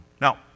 now